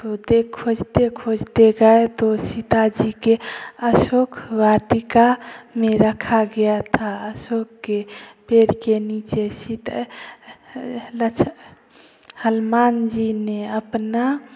तो दे खोजते खोजते गए तो सीता जी के अशोक वाटिका में रखा गया था अशोक के पेड़ के नीचे सीता लच्छ हनुमान जी ने अपना